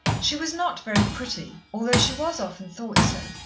she was not very pretty, although she was often thought so,